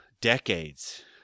decades